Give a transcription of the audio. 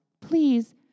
Please